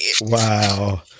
wow